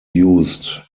used